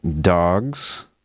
dogs